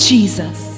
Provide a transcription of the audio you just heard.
Jesus